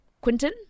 Quinton